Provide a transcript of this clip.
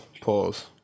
Pause